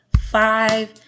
five